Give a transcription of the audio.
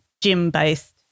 gym-based